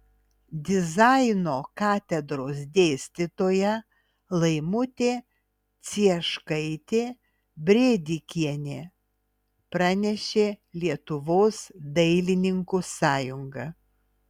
dizaino katedros dėstytoja laimutė cieškaitė brėdikienė pranešė lietuvos dailininkų sąjunga